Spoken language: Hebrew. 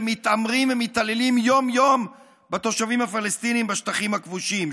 ומתעמרים ומתעללים יום-יום בתושבים הפלסטינים בשטחים הכבושים,